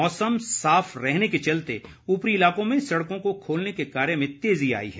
मौसम साफ रहने के चलते ऊपरी इलाकों में सड़कों को खोलने के कार्य में तेजी आई है